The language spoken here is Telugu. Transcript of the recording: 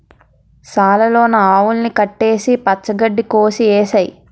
సాల లోన ఆవుల్ని కట్టేసి పచ్చ గడ్డి కోసె ఏసేయ్